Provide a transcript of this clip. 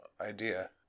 idea